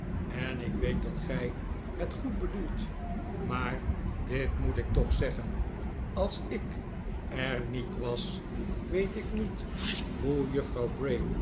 en ik weet dat gij het goed bedoelt maar dit moet ik toch zeggen als ik er niet was weet ik niet hoe juffrouw